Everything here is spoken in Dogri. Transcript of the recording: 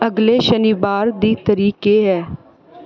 अगले शनिबार दी तरीक केह् ऐ